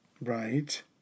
Right